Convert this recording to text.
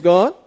God